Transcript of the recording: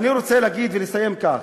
אני רוצה להגיד ולסיים כך,